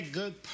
good